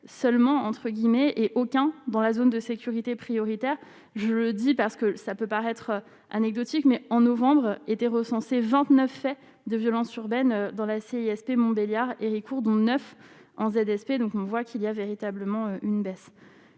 seulement, entre guillemets, et aucun dans la zone de sécurité prioritaire je redis parce que ça peut paraître anecdotique mais en novembre était recensé 29 faits de violence urbaine dans la CIA IST Montbéliard Héricourt, dont 9 ans ZSP donc on voit qu'il y a véritablement une baisse